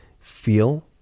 feel